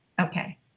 Okay